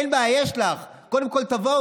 אין בעיה, יש לך, קודם כול תבואו.